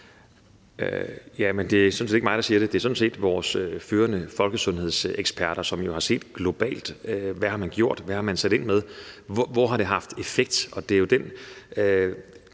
Det er sådan set ikke mig, der siger det; det er sådan set vores førende folkesundhedseksperter, som jo har set på, hvad man har gjort globalt, hvad man har sat ind med, hvor det har haft effekt.